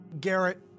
Garrett